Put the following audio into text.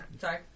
sorry